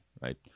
right